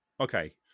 okay